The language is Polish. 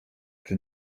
czy